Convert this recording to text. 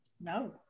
no